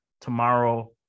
tomorrow